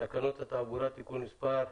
תקנות התעבורה (תיקון מס'...),